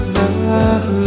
love